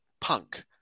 Punk